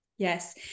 Yes